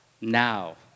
now